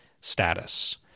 status